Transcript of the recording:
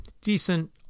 Decent